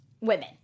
women